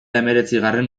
hemeretzigarren